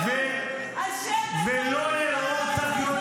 שם תקום מדינה פלסטינית ללא המתנחלים שלך, ללא את.